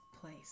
place